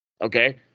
Okay